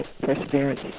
perseverance